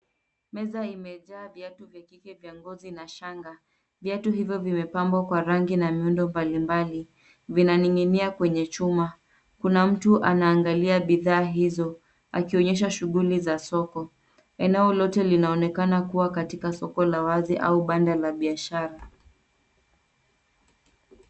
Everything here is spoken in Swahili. Meza imejaa viatu vya kike vya ngozi na shanga. Viatu hivyo vimepambwa kwa rangi na miundo mbali mbali. Vinaning'inia kwenye chuma. Kuna mtu anaangalia bidhaa hizo akionyesha shughuli za soko. Eneo lote linaonekana kuwa katika soko la wazi au banda la biashara.